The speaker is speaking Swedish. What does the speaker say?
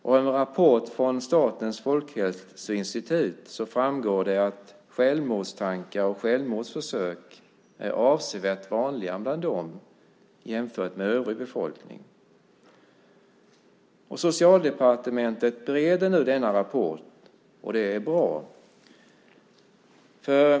Av en rapport från Statens folkhälsoinstitut framgår det att självmordstankar och självmordsförsök är avsevärt vanligare bland dem än bland den övriga befolkningen. Socialdepartementet bereder nu denna rapport, och det är bra.